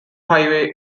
highway